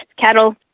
cattle